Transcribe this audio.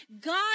God